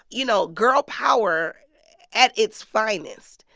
you know, girl power at its finest.